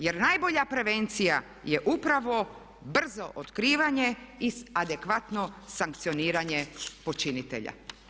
Jer najbolja prevencija je upravo brzo otkrivanje i adekvatno sankcioniranje počinitelja.